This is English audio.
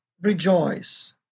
rejoice